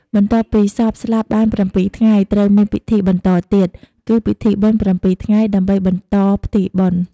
បន្ទាប់ពីសពស្លាប់បាន៧ថ្ងៃ ត្រូវមានពិធីបន្តទៀត គឺ ពិធីបុណ្យ ៧ថ្ងៃ ដើម្បីបន្តផ្ទេរបុណ្យ។